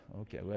Okay